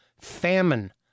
famine